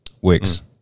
Wix